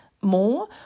more